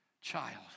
child